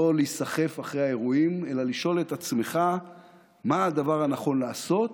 לא להיסחף אחרי האירועים אלא לשאול את עצמך מה הדבר הנכון לעשות,